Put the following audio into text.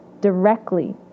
directly